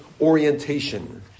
orientation